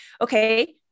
Okay